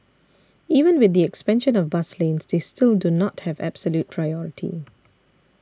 even with the expansion of bus lanes they still do not have absolute priority